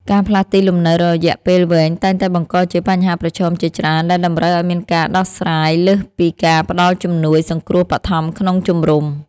ការផ្លាស់ទីលំនៅរយៈពេលវែងតែងតែបង្កជាបញ្ហាប្រឈមជាច្រើនដែលតម្រូវឱ្យមានការដោះស្រាយលើសពីការផ្តល់ជំនួយសង្គ្រោះបឋមក្នុងជំរំ។